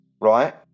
right